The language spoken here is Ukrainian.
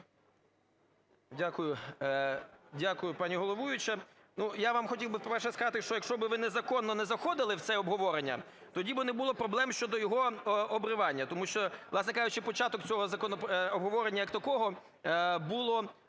Дякую, пані головуюча. Ну, я вам хотів би, по-перше, сказати, що якщо би ви незаконно не заходили в це обговорення, тоді би не було проблем щодо його обривання. Тому що, власне кажучи, початок цього обговорення як такого було